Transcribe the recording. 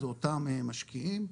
זה אותם משקיעים.